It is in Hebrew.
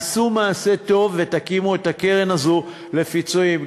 עשו מעשה טוב והקימו את הקרן הזו לפיצויים,